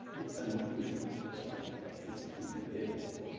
it's unusual at this point i think to live,